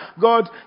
God